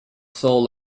sold